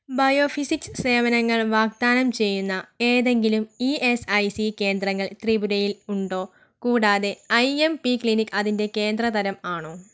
bio physics സേവനങ്ങൾ വാഗ്ദാനം ചെയ്യുന്ന ഏതെങ്കിലും ഇ എസ് ഐ സി കേന്ദ്രങ്ങൾ ത്രിപുരയിൽ ഉണ്ടോ കൂടാതെ ഐ എം പി ക്ലിനിക് അതിൻ്റെ കേന്ദ്ര തരം ആണോ